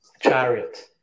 chariot